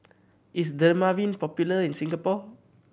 is Dermaveen popular in Singapore